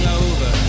over